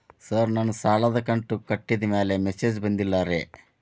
sir ನನ್ನ ಸಾಲದ ಕಂತು ಕಟ್ಟಿದಮೇಲೆ ಮೆಸೇಜ್ ಬಂದಿಲ್ಲ ರೇ